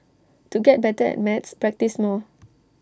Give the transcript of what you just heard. to get better at maths practise more